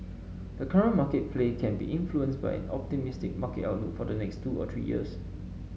the current market play can be influenced by an optimistic market outlook for the next two to three years